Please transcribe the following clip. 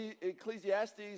Ecclesiastes